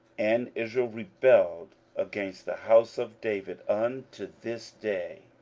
and israel rebelled against the house of david unto this day.